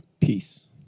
peace